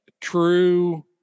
true